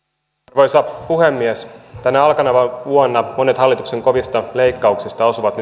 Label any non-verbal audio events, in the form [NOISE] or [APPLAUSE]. arvoisa puhemies tänä alkaneena vuonna monet hallituksen kovista leikkauksista osuvat [UNINTELLIGIBLE]